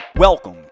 Welcome